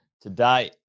today